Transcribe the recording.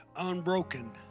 unbroken